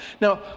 Now